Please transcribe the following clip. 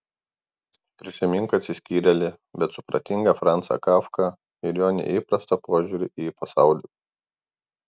prisimink atsiskyrėlį bet supratingą francą kafką ir jo neįprastą požiūrį į pasaulį